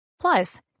Plus